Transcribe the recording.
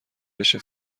بشه